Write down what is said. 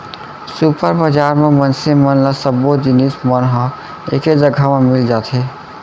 super बजार म मनसे मन ल सब्बो जिनिस मन ह एके जघा म मिल जाथे